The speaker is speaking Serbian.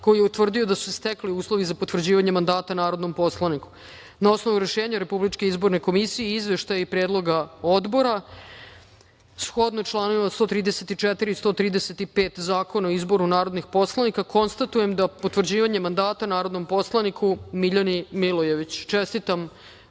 koji je utvrdio da su se stekli uslovi za potvrđivanje mandata narodnom poslaniku. Na osnovu Rešenja RIK i Izveštaja i predloga Odbora, shodno članovima 134. i 135. Zakona o izboru narodnih poslanika, konstatujem potvrđivanje mandata narodnom poslaniku Miljani Milojević. Čestitam